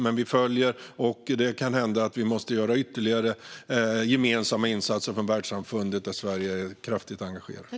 Det kan dock hända att vi måste göra ytterligare gemensamma insatser från världssamfundet, där Sverige är kraftigt engagerat.